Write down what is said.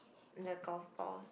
the golf ball